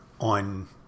on